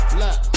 look